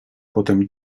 potem